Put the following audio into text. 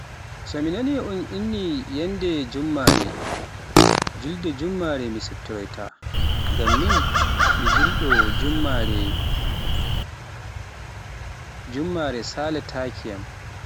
So mi nani un inni yannde Jummare, julde jummare mi siftoroyta, ngam min mi juldo, jummare salatakeyam.